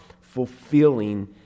fulfilling